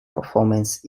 performance